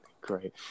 Great